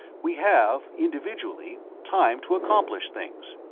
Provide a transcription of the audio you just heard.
we have, individually, time to accomplish things.